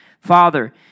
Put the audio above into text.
Father